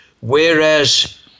whereas